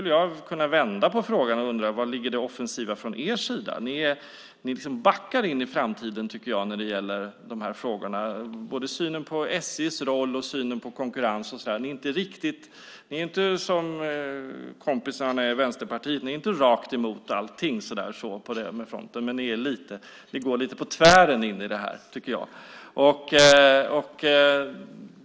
Jag kan vända på frågan och undra var det offensiva ligger från er sida. Ni backar in i framtiden i dessa frågor, både i synen på SJ:s roll och i synen på konkurrens. Ni är inte som kompisarna i Vänsterpartiet, rakt emot allt, men ni går lite på tvären in i detta.